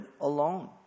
alone